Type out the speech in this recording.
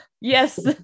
Yes